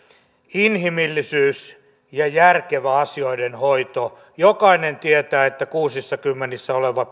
inhimillisyys ja järkevä asioiden hoito jokainen tietää että kuusissakymmenissä olevaa